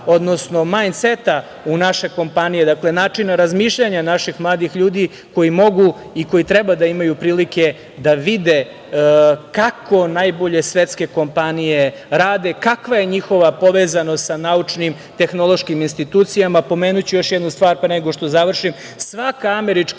odnosno „majn seta“ u naše kompanije, dakle načina razmišljanja naših mladih ljudi koji mogu i koji treba da imaju prilike da vide kako najbolje svetske kompanije rade, kakva je njihova povezanost sa naučnim tehnološkim institucijama. Pomenuću još jednu stvar, pre nego što završim. Svaka američka